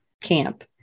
camp